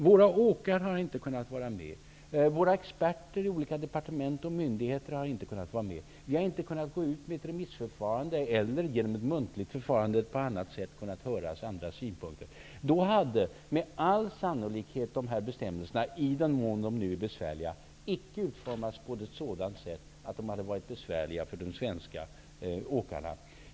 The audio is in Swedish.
Våra åkare har inte kunnat vara med, våra experter i olika departement och myndigheter har inte kunnat vara med, och vi har inte kunnat gå ut med ett remissförfarande eller genom ett muntligt förfarande eller på annat sätt kunna höra andras synpunkter. Då hade med all sannolikhet dessa bestämmelser, i den mån de är besvärliga, icke utformats på ett sådant sätt att de hade varit besvärliga för de svenska åkarna.